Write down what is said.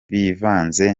bivanze